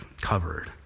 covered